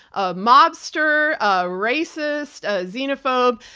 a mobster, a racist, a xenophobe,